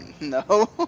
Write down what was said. No